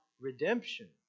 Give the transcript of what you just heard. redemption